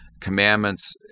commandments